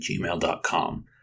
gmail.com